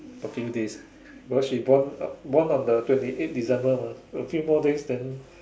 working days because she born born on the twenty eight December mah a few more days then